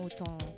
autant